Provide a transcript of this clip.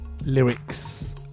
lyrics